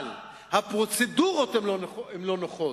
אבל הפרוצדורות לא נוחות,